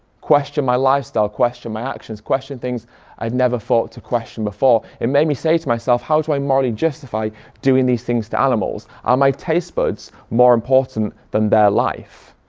question my lifestyle, question my actions, question things i'd never thought to question before. it made me say to myself how do i morally justify doing these things to animals? are my taste buds more important than their life?